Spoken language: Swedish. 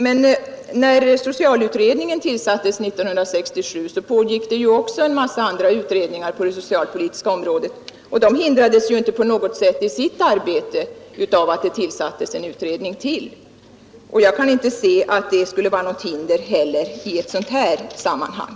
Men när socialutredningen tillsattes 1967 pågick också en massa andra utredningar på det socialpolitiska området, och de hindrades inte på något sätt i sitt arbete av att det tillsattes en utredning till. Jag kan inte heller se att det skulle vara något hinder i ett sådant här sammanhang